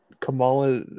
Kamala